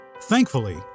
Thankfully